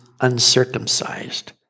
uncircumcised